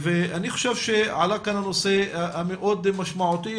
אני חושב שעלה כאן הנושא המאוד משמעותי,